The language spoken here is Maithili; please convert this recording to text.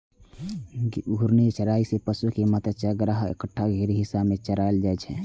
घूर्णी चराइ मे पशु कें मात्र चारागाहक एकटा घेरल हिस्सा मे चराएल जाइ छै